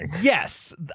Yes